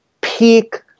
peak